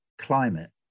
climate